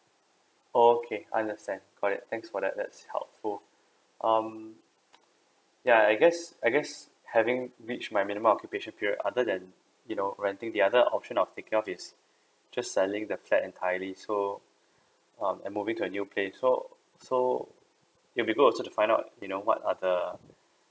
okay understand got it thanks for that that's helpful um yeah I guess I guess having reach my minimum occupation period other than you know renting the other option of taking off is just selling the fat entirely so um I'm moving to a new place so so if will be good also to find out you know what are the